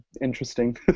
interesting